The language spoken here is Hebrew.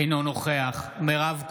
אינו נוכח מירב כהן,